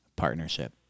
Partnership